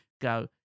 go